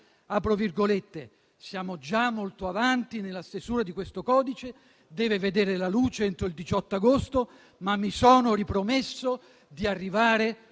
siamo già molto avanti nella stesura di questo Codice, che deve vedere la luce entro il 18 agosto anche se io mi sono ripromesso di arrivare